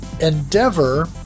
Endeavor